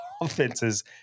offenses